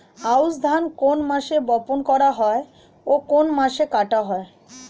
আউস ধান কোন মাসে বপন করা হয় ও কোন মাসে কাটা হয়?